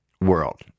world